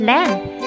Length